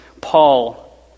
Paul